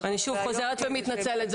אני שוב חוזרת ומתנצלת,